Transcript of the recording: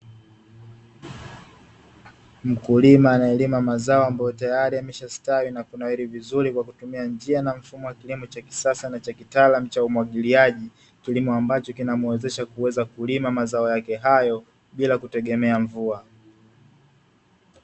Mkulima anayelima mazao ambayo tayari yameshastawi na kunawiri vizuri kwakutumia njia na mfumo wa kilimo cha kisasa na kitaalamu cha umwagiliaji, kilimo ambacho kinamuwezesha kuweza kulima mazao yake hayo bila kutegemea mvua.